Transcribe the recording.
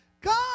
God